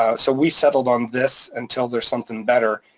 ah so we settled on this until there's something better,